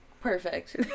Perfect